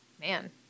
man